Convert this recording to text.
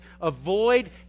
avoid